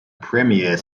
premier